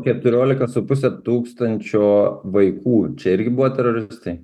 keturiolika su puse tūkstančio vaikų čia irgi buvo teroristai